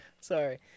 Sorry